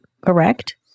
Correct